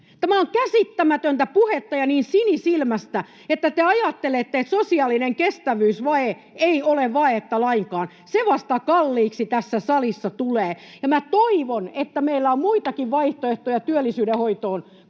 Tämä on käsittämätöntä puhetta ja niin sinisilmäistä, että te ajattelette, että sosiaalinen kestävyysvaje ei ole vajetta lainkaan. Se vasta kalliiksi tässä salissa tulee, ja minä toivon, että meillä on muitakin vaihtoehtoja työllisyyden hoitoon kuin